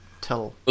tell